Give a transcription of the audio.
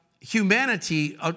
humanity